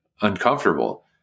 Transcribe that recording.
uncomfortable